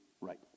right